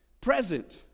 present